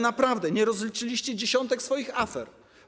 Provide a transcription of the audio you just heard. Naprawdę nie rozliczyliście dziesiątek swoich afer.